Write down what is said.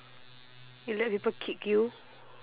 you let people kick you